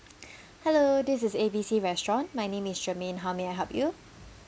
hello this is A B C restaurant my name is germaine how may I help you